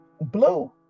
blue